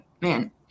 man